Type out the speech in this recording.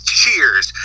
cheers